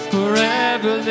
Forever